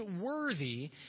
worthy